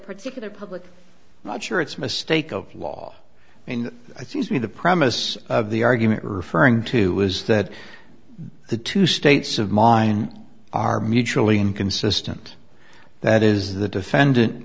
particular public not sure it's mistake of law and i seems to me the premise of the argument referring to was that the two states of mind are mutually inconsistent that is the defendant